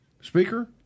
speaker